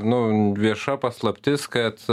nu vieša paslaptis kad